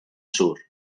sur